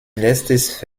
letztes